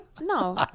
No